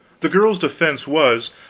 the girl's defense was,